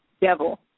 Devil